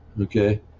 okay